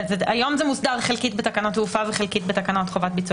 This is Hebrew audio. היום זה מוסדר חלקית בתקנות התעופה וחלקית בתקנות חובת ביצוע